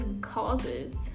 causes